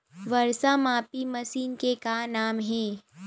वर्षा मापी मशीन के का नाम हे?